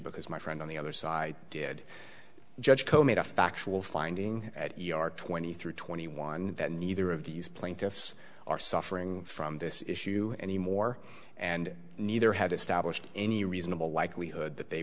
because my friend on the other side did judge poe made a factual finding at twenty three twenty one that neither of these plaintiffs are suffering from this issue anymore and neither had established any reasonable likelihood that they